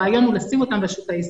הרעיון הוא לשים אותם בשוק הישראלי.